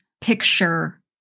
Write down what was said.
picture